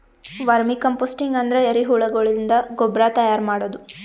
vermi composting ಅಂದ್ರ ಎರಿಹುಳಗಳಿಂದ ಗೊಬ್ರಾ ತೈಯಾರ್ ಮಾಡದು